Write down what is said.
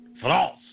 France